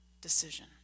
decision